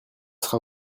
sera